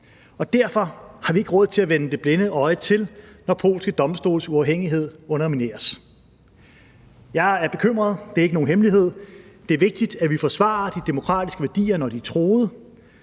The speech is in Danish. derfor har vi ikke råd til at vende det blinde øje til, når polske domstoles uafhængighed undermineres. Jeg er bekymret, det er ikke nogen hemmelighed. Det er vigtigt, at vi forsvarer de demokratiske værdier, når de er truet.